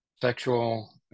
sexual